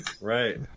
right